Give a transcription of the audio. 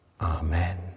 Amen